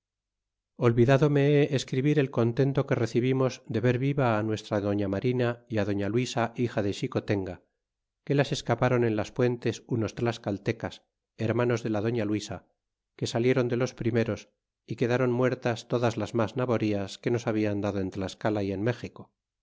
me he escribir el contento que recibimos de ver viva á nuestra doña marina y doña luisa hija de xicotenga que las escaparon en las puentes unos tlascaltecas hermanos de la doña luisa que saliéron de los primeros y quedaron muertas todas las mas naborias que nos habian dado en tlascala y en méxico